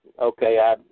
okay